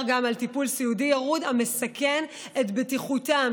גם על טיפול סיעודי ירוד המסכן את בטיחותם,